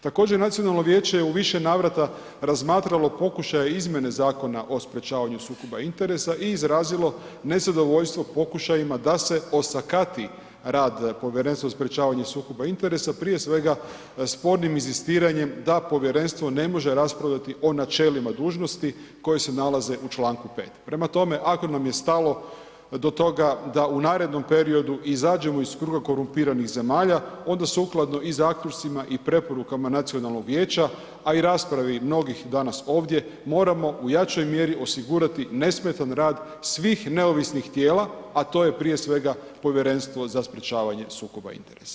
Također nacionalno vijeće je u više navrata razmatralo pokušaj izmjene Zakona o sprječavanju sukoba interesa i izrazilo nezadovoljstvo pokušajima da se osakati rad Povjerenstva za sprječavanje sukoba interesa, prije svega spornim inzistiranjem da povjerenstvo ne može raspravljati o načelima dužnosti koje se nalaze u čl. 5. Prema tome, ako nam je stalo do toga da u narednom periodu izađemo iz kruga korumpiranih zemalja onda sukladno i zaključcima i preporukama nacionalnog vijeća, a i raspravi mnogih danas ovdje moramo u jačoj mjeri osigurati nesmetan rad svim neovisnih tijela, a to je prije svega Povjerenstvo za sprječavanje sukoba interesa.